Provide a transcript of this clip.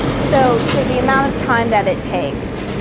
so so the amount of time that it takes.